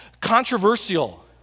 controversial